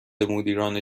مدیران